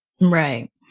Right